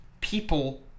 People